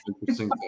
interesting